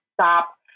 stop